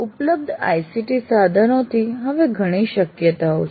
ઉપલબ્ધ ICT સાધનોથી હવે ઘણી શક્યતાઓ છે